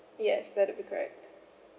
yes that would be correct